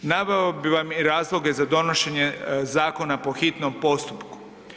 Naveo bi vam i razloge za donošenje Zakona po hitnom postupku.